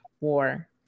War